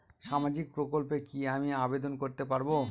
সামাজিক প্রকল্পে কি আমি আবেদন করতে পারবো?